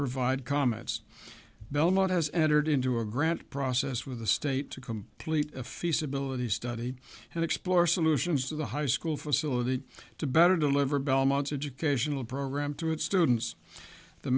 provide comments belmont has entered into a grant process with the state to complete a feast ability study and explore solutions to the high school facility to better deliver belmont's educational program through its students the